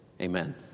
amen